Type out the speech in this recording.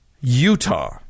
Utah